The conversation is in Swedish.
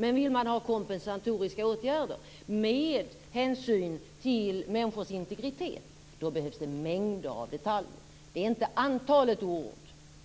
Men vill man ha kompensatoriska åtgärder med hänsyn till människors integritet, då behövs det mängder av detaljer. Det är inte antalet ord